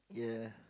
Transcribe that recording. yeah